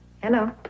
Hello